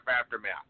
Aftermath